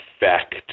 effect